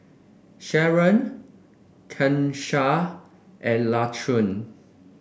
Sharron Kanesha and Laquan